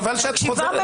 חבל שאת חוזרת.